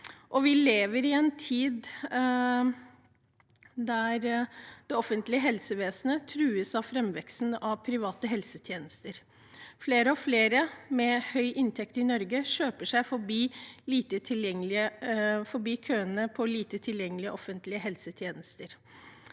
Vi lever i en tid der det offentlige helsevesenet trues av framveksten av private helsetjenester. Flere og flere med høy inntekt i Norge kjøper seg forbi køene i lite tilgjengelige offentlige helsetjenester.